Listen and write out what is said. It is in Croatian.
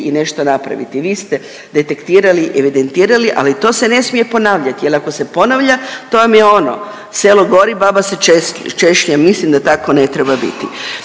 i nešto napraviti. Vi ste detektirali, evidentirali, ali to se ne smije ponavljati jer ako se ponavlja to vam je ono selo gori baba se češlja, mislim da tako ne treba biti.